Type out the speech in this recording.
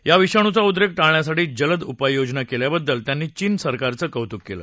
या विषाणूचा उद्रेक टाळण्यासाठी जलद उपाययोजना केल्याबद्दल त्यांनी चीन सरकारचं कौतुक केलं